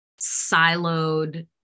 siloed